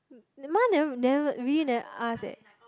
ma never never really never ask eh